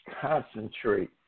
concentrate